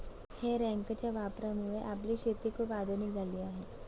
हे रॅकच्या वापरामुळे आपली शेती खूप आधुनिक झाली आहे